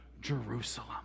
Jerusalem